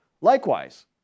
Likewise